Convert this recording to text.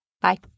Bye